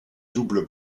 double